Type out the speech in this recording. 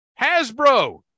Hasbro